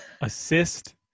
assist